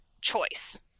choice